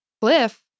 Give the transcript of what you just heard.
cliff